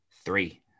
three